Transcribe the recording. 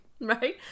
right